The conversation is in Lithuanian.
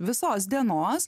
visos dienos